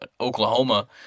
Oklahoma